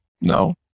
No